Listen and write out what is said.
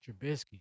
Trubisky